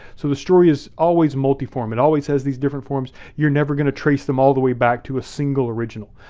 so the story is always multi-form. it always has these different forms. you're never gonna trace them all the way back to a single original.